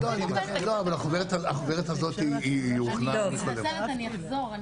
אני מתנצלת, אני אחזור.